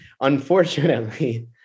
unfortunately